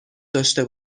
داشته